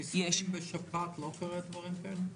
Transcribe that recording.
חיסונים בשפעת לא קורים דברים כאלה?